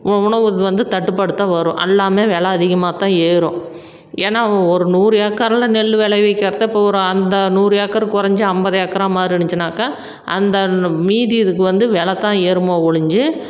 உ உணவு இது வந்து தட்டுப்பாடு தான் வரும் எல்லாமே வில அதிகமாக தான் ஏறும் ஏன்னா ஒரு நூறு ஏக்கர்ல நெல் விளைவிக்கிறத இப்போ ஒரு அந்த நூறு ஏக்கர் குறஞ்சி ஐம்பது ஏக்கராக மாறுனுச்சுனாக்கா அந்த மீதி இதுக்கு வந்து வில தான் ஏறுமே ஒழிஞ்சி